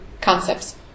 concepts